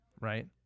Right